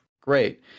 Great